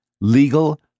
legal